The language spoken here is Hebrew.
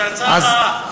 זו הצעה רעה.